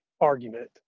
argument